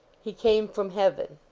he came from heaven.